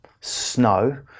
snow